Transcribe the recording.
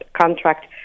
contract